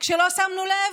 כשלא שמנו לב?